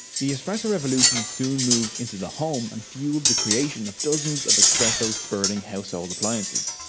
the espresso revolution soon moved into the home and fuelled the creation of dozens of espresso spurting household appliances.